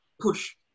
push